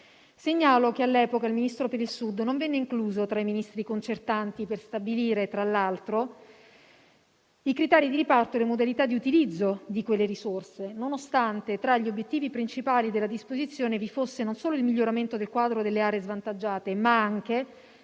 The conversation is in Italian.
Segnalo che, all'epoca, il Ministro per il Sud non venne incluso tra i Ministri concertanti per stabilire, tra l'altro, i criteri di riparto delle modalità di utilizzo di quelle risorse, nonostante, tra gli obiettivi principali della disposizione, vi fosse, non solo il miglioramento del quadro delle aree svantaggiate, ma anche